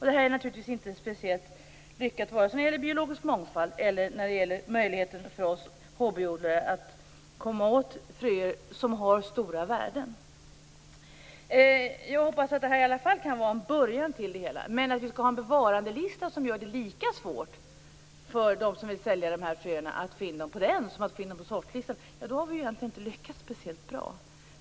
Det här är naturligtvis inte speciellt lyckat vare sig när det gäller biologisk mångfald eller när det gäller möjligheten för oss hobbyodlare att komma åt fröer som har stora värden. Jag hoppas att detta kan vara en början till att förändra det hela. Men om vi skall ha en bevarandelista som gör det lika svårt för dem som vill sälja dessa fröer att få in dem på den som att få in dem på sortlistan har vi egentligen inte lyckats speciellt bra.